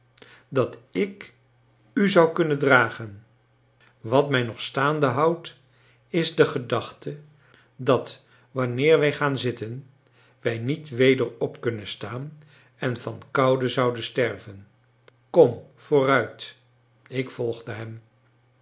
dat ik u zou kunnen dragen wat mij nog staande houdt is de gedachte dat wanneer wij gaan zitten wij niet weder op kunnen staan en van koude zouden sterven kom vooruit ik volgde hem